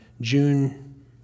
June